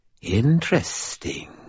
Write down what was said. Interesting